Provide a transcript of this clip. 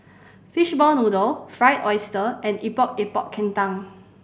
fishball noodle Fried Oyster and Epok Epok Kentang